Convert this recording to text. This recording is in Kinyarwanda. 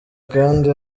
kandi